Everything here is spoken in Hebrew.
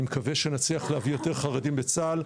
אני מקווה שנצליח להביא יותר חרדים לצה"ל.